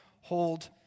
hold